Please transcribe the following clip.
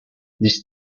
this